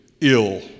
ill